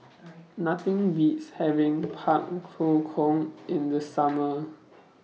Nothing Beats having Pak Thong Kong in The Summer